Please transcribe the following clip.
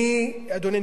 אדוני,